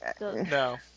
No